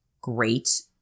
great